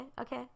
okay